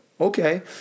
Okay